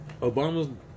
Obama's